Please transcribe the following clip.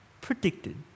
predicted